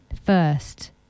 first